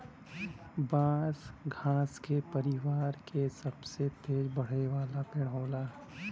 बांस घास के परिवार क सबसे तेज बढ़े वाला पेड़ होला